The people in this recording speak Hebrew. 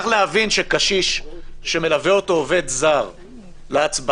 צריך להבין שקשיש שמלווה אותו עובד זר להצבעה,